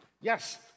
yes